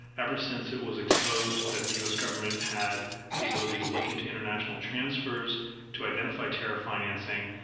ever since it was exposed that the u s. government had the ability to look into international transfers to identify terror financing.